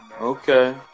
Okay